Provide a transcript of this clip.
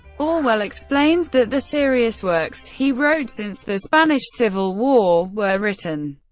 orwell explains that the serious works he wrote since the spanish civil war were written,